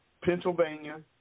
Pennsylvania